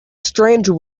stranger